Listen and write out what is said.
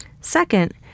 Second